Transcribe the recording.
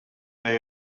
they